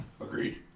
Agreed